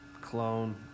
clone